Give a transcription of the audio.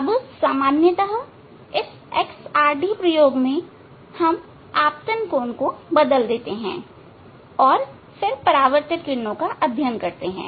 अब सामान्यतः इस एक्स आर डी प्रयोग में हम आपतन कोण बदल देते हैं और परावर्तित किरणों का अध्ययन करते हैं